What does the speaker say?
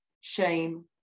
shame